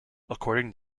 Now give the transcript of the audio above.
according